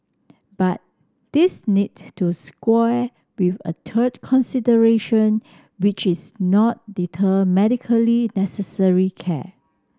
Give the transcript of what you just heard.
but this need to square with a third consideration which is not deter medically necessary care